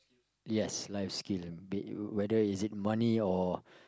yes life skill be whether is it money or